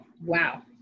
Wow